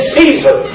Caesar